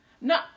No